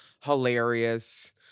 hilarious